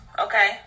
okay